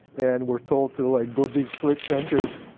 and were told to like go dig so trenches.